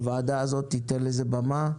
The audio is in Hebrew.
הוועדה הזאת תתן לזה במה.